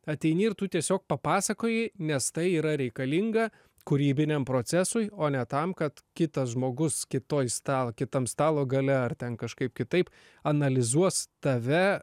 ateini ir tu tiesiog papasakoji nes tai yra reikalinga kūrybiniam procesui o ne tam kad kitas žmogus kitoj stalo kitam stalo gale ar ten kažkaip kitaip analizuos tave